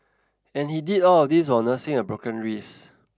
and he did all of this while nursing a broken wrist